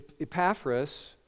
Epaphras